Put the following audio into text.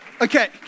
Okay